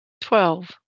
Twelve